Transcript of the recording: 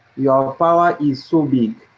you're power is so big!